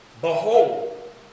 Behold